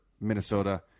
Minnesota